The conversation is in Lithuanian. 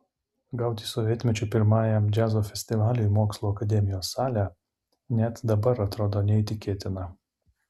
gauti sovietmečiu pirmajam džiazo festivaliui mokslų akademijos salę net dabar atrodo neįtikėtina